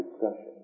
discussion